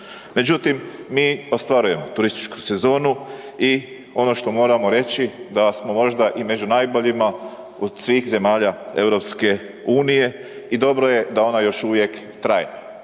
Međutim, mi ostvarujemo turističku sezonu i ono što moramo reći da smo možda i među najboljima od svih zemalja EU i dobro je da ona još uvijek traje.